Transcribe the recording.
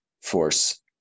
force